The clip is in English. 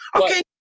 Okay